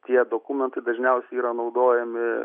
tie dokumentai dažniausiai yra naudojami